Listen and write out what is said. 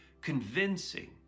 convincing